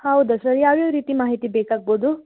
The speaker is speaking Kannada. ಹೌದಾ ಸರ್ ಯಾವ್ಯಾವ ರೀತಿ ಮಾಹಿತಿ ಬೇಕಾಗ್ಬೋದು